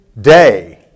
day